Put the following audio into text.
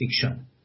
fiction